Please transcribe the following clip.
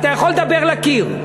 אתה יכול לדבר לקיר.